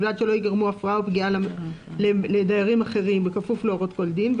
ובלבד שלא ייגמרו הפרעה או פגיעה לדיירים אחרים בכפוף להוראות כל דין.